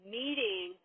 meeting